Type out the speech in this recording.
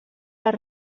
les